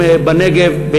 פעלנו מול הערים בנגב,